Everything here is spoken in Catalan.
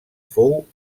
fou